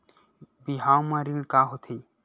बिहाव म ऋण का होथे?